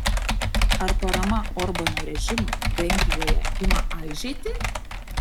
ar parama orbano režimui vengrijoje ima aižėti